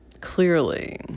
Clearly